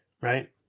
Right